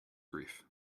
grief